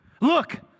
Look